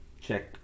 check